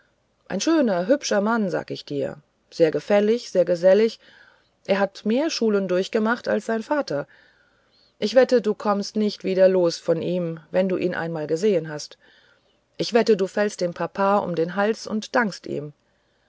ein schöner hübscher mann sag ich dir sehr gefällig sehr gesellig hat mehr schulen durchgemacht als sein vater ich wette du kommst nicht wieder los von ihm wenn du ihn einmal gesehen hast ich wette du fällst dem papa um den hals und dankst ihm